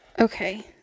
Okay